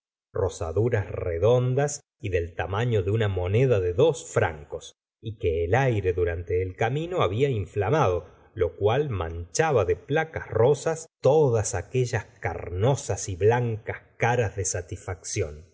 rozaduras redondas y del tamaño de una moneda de dos francos y que el aire durante el camino había inflamado lo cual manchaba de placas rosas todas aquellas carnosas y blancas caras de satisfacción